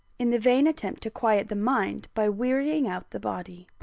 in the vain attempt to quiet the mind by wearying out the body.